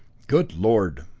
good lord!